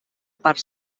part